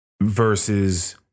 versus